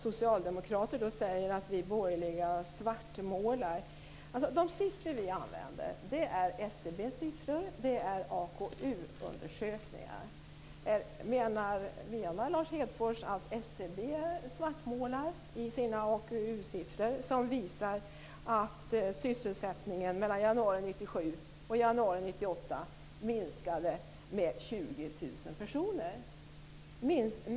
Socialdemokraterna säger att vi borgerliga svartmålar. De siffror vi använder är SCB svartmålar i sina AKU-siffror som visar att sysselsättningen mellan januari 1997 och januari 1998 minskade med 20 000 personer?